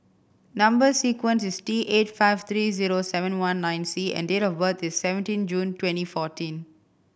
number sequence is T eight five three zero seven one nine C and date of birth is seventeen June twenty fourteen